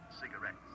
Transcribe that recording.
cigarettes